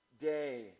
day